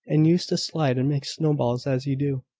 and used to slide and make snowballs as you do.